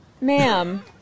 Ma'am